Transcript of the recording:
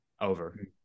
over